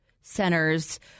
centers